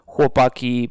Chłopaki